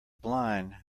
blind